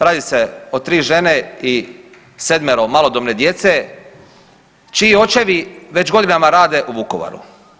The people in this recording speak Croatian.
Radi se o 3 žene i 7-ero malodobne djece, čiji očevi već godinama rade u Vukovaru.